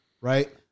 right